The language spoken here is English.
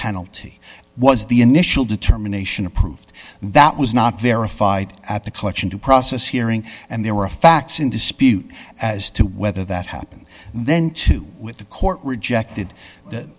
penalty was the initial determination approved that was not verified at the collection due process hearing and there were a fax in dispute as to whether that happened then too with the court rejected